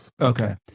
Okay